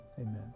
Amen